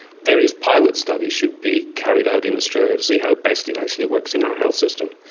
various pilot studies should be carried out in australia to see how best it actually works in our health system.